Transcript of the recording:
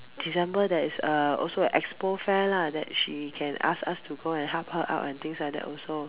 December there is uh also an expo fair lah that she can ask us to go and help her out and things like that also